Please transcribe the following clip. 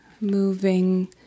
moving